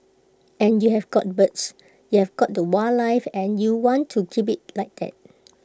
and you have got birds you have got the wildlife and you want to keep IT like that